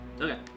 Okay